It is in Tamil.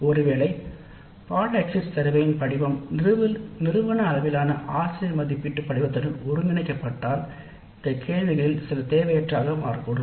ஒருவேளை எக்ஸிட் சர்வே பாடநெறியின் படிவம் ஒரு நிறுவன அளவிலான மதிப்பீட்டு படிவத்துடன் ஒருங்கிணைந்தால் இந்த கேள்விகளில் சில தேவையற்றதாக மாறக்கூடும்